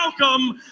welcome